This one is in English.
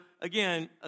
again